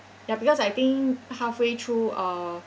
ya because I think halfway through uh